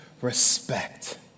respect